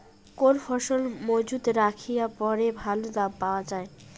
কোন ফসল মুজুত রাখিয়া পরে ভালো দাম পাওয়া যায়?